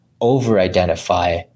over-identify